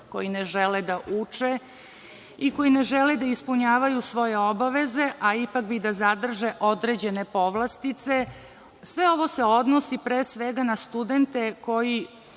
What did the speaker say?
koji ne žele da uče i koji ne žele da ispunjavaju svoje obaveze, a ipak bi da zadrže određene povlastice. Sve ovo se odnosi pre svega na studente koji